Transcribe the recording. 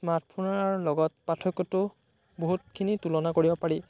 স্মাৰ্টফোনৰ লগত পাৰ্থক্যটো বহুতখিনি তুলনা কৰিব পাৰি